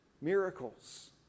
Miracles